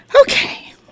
Okay